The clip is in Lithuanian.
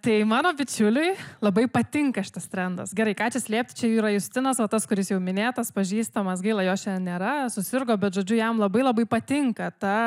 tai mano bičiuliui labai patinka šitas trendas gerai ką čia slėpti čia yra justinas o tas kuris jau minėtas pažįstamas gaila jo šiandien nėra susirgo bet žodžiu jam labai labai patinka ta